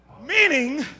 Meaning